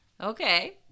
Okay